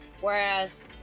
Whereas